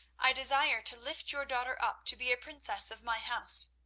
i desire to lift your daughter up to be a princess of my house.